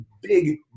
big